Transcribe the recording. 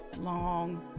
long